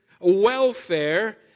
welfare